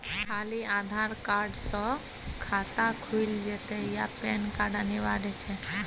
खाली आधार कार्ड स खाता खुईल जेतै या पेन कार्ड अनिवार्य छै?